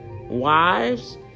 wives